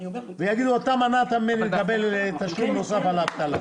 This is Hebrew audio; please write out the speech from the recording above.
ויגידו: אתה מנעת ממני לקבל תשלום נוסף על האבטלה?